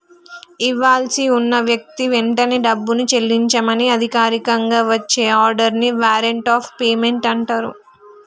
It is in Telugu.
ఇవ్వాల్సి ఉన్న వ్యక్తికి వెంటనే డబ్బుని చెల్లించమని అధికారికంగా వచ్చే ఆర్డర్ ని వారెంట్ ఆఫ్ పేమెంట్ అంటరు